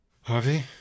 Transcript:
Harvey